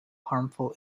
harmful